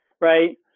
right